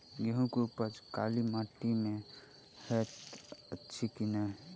गेंहूँ केँ उपज काली माटि मे हएत अछि की नै?